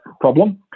problem